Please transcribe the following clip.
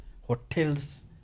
Hotels